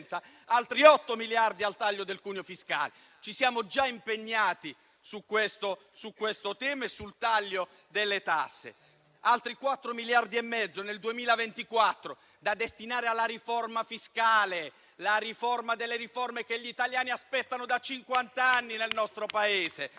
altri 8 miliardi di euro al taglio del cuneo fiscale. Ci siamo già impegnati su questo tema e sul taglio delle tasse. Ci sono poi altri 4,5 miliardi di euro nel 2024 da destinare alla riforma fiscale, la riforma delle riforme, che gli italiani aspettano da cinquant'anni nel nostro Paese,